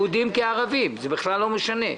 יהודים כערבים, זה בכלל לא משנה.